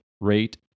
rate